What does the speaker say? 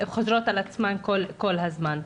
שחוזרות על עצמן כל הזמן.